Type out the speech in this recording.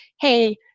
Hey